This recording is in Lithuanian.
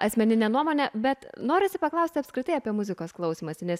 asmenine nuomone bet norisi paklausti apskritai apie muzikos klausymąsi nes